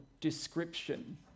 description